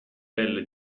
pelle